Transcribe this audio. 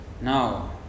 Now